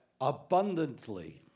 abundantly